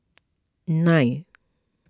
nine